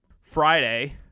Friday